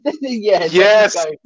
yes